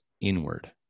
inward